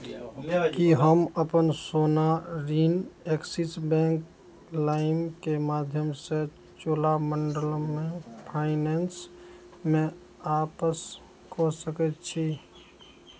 की हम अपन सोना ऋण एक्सिस बैंक लाइमके माध्यमसँ चोलामण्डलममे फाइनेंसमे वापस कऽ सकैत छी